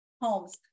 homes